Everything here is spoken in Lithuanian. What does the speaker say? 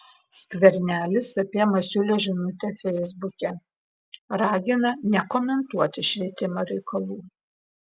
skvernelis apie masiulio žinutę feisbuke ragina nekomentuoti švietimo reikalų